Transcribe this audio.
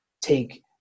take